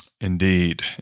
Indeed